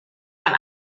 ein